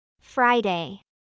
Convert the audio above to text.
Friday